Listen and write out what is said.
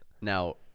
now